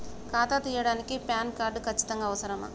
ఖాతా తీయడానికి PAN card ఖచ్చితంగా అవసరమా?